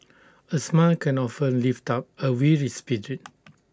A smile can often lift up A weary spirit